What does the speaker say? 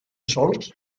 solcs